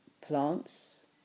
plants